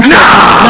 now